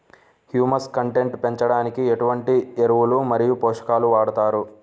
Humus content పెంచడానికి ఎటువంటి ఎరువులు మరియు పోషకాలను వాడతారు?